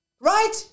Right